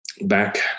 Back